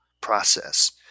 process